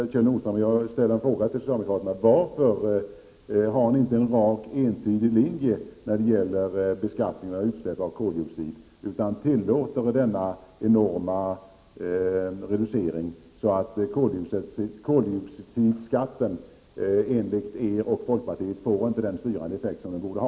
Jag måste ställa ytterligare en fråga till socialdemokraterna: Varför har ni inte en rak, entydig linje när det gäller beskattningen av koldioxidutsläpp — varför tillåter ni denna enorma reducering, som medför att koldioxidskatten enligt er och folkpartiets modell inte får den styrande effekt som den borde ha?